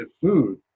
food